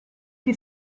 che